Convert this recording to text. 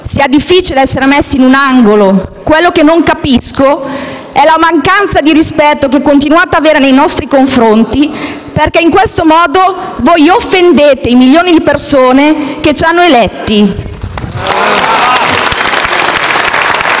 sia difficile essere messi in un angolo. Ciò che non capisco è la mancanza di rispetto che continuate ad avere nei nostri confronti, perché in questo modo offendete i milioni di persone che ci hanno eletti.